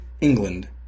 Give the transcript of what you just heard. England